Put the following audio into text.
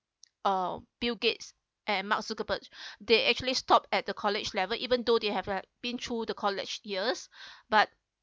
uh bill gates and mark zuckerberg they actually stopped at the college level even though they have been through the college years but